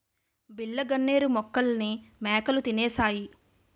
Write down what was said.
బిళ్ళ గన్నేరు మొక్కల్ని మేకలు తినేశాయి